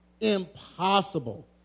impossible